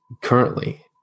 currently